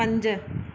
पंज